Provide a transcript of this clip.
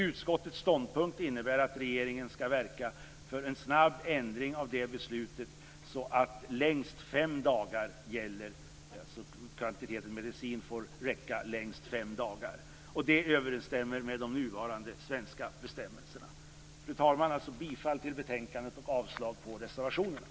Utskottets ståndpunkt innebär att regeringen skall verka för en snabb ändring av det beslutet, så att fem dagar gäller. Kvantiteten medicin får alltså räcka i högst fem dagar. Det överensstämmer med nuvarande svenska bestämmelser. Fru talman! Jag yrkar alltså bifall till utskottets hemställan i betänkandet och avslag på reservationerna.